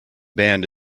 band